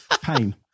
pain